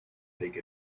take